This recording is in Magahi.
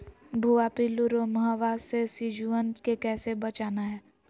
भुवा पिल्लु, रोमहवा से सिजुवन के कैसे बचाना है?